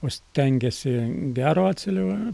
o stengiasi gero atsėlio